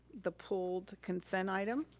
the pulled consent item.